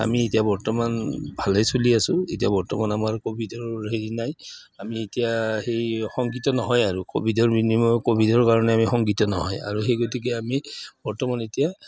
আমি এতিয়া বৰ্তমান ভালেই চলি আছোঁ এতিয়া বৰ্তমান আমাৰ ক'ভিডৰ হেৰি নাই আমি এতিয়া সেই শংকিত নহয় আৰু ক'ভিডৰ ক'ভিডৰ কাৰণে আমি শংকিত নহয় আৰু সেই গতিকে আমি বৰ্তমান এতিয়া